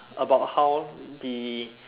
about how the